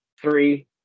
three